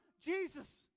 Jesus